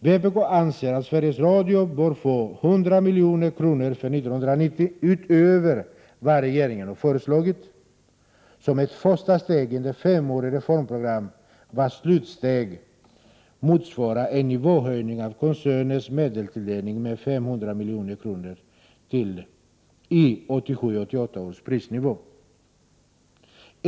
Vpk anser att Sveriges Radio bör få 100 milj.kr. för år 1990 utöver vad regeringen har föreslagit som ett första steg i ett femårigt reformprogram vars slutsteg motsvarar en nivåhöjning av koncernens medelstilldelning med 500 milj.kr. i 1987/88 års prisnivå.